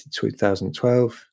2012